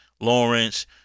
Lawrence